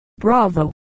bravo